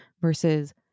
versus